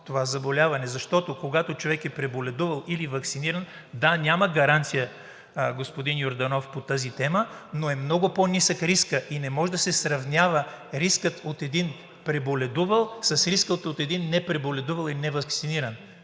това заболяване, защото, когато човек е преболедувал или ваксиниран – да, няма гаранция, господин Йорданов, по тази тема, но е много по-нисък рискът и не може да се сравнява рискът от един преболедувал с риска от един непреболедувал и неваксиниран.